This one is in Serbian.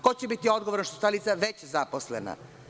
Ko će biti odgovoran što su ta lica već zaposlena?